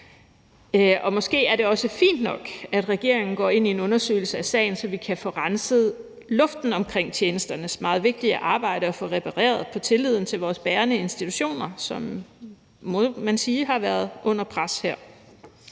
Og måske er det også fint nok, at regeringen går ind i en undersøgelse af sagen, så vi kan få renset luften omkring tjenesternes meget vigtige arbejde og få repareret tilliden til vores bærende institutioner, som man må sige har været under pres her.